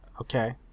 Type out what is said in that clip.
okay